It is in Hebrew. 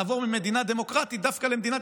לעבור ממדינה דמוקרטית דווקא למדינת